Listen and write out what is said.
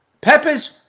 Peppers